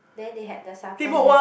then they had the supper meh